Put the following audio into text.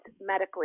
medically